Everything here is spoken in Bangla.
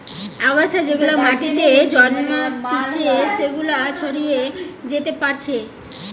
আগাছা যেগুলা মাটিতে জন্মাতিচে সেগুলা ছড়িয়ে যেতে পারছে